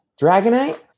Dragonite